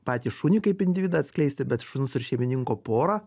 patį šunį kaip individą atskleisti bet šuns ir šeimininko porą